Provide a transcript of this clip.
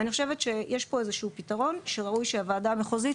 אני חושבת שיש פה איזה שהוא פתרון שראוי הוועדה המחוזית,